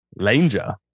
Langer